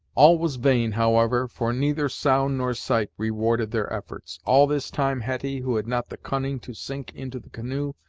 all was vain, however, for neither sound nor sight rewarded their efforts. all this time hetty, who had not the cunning to sink into the canoe,